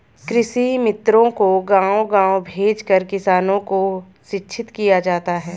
कृषि मित्रों को गाँव गाँव भेजकर किसानों को शिक्षित किया जाता है